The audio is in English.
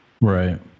right